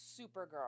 Supergirl